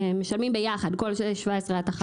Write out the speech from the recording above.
משלמים ביחד שני מיליון, כל 17 התחנות.